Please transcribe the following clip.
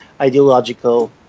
ideological